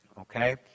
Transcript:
Okay